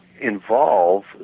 Involve